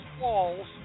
walls